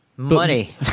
Money